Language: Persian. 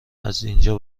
ازاینجا